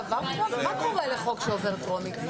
נפסקה בשעה 15:20 ונתחדשה בשעה 15:50.)